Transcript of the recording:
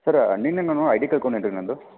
ಸರ್ರ ನಿನ್ನೆ ನಾನು I D ಕಳ್ಕೊಂಡೆ ರೀ ನನ್ನದು